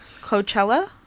coachella